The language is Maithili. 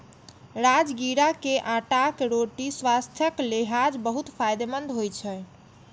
राजगिरा के आटाक रोटी स्वास्थ्यक लिहाज बहुत फायदेमंद होइ छै